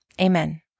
amen